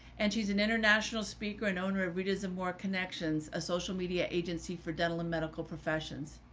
and she's an international speaker and owner of buddhism, more connections, a social media agency for dental and medical professions.